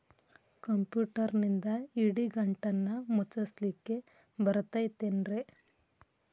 ಕಂಪ್ಯೂಟರ್ನಿಂದ್ ಇಡಿಗಂಟನ್ನ ಮುಚ್ಚಸ್ಲಿಕ್ಕೆ ಬರತೈತೇನ್ರೇ?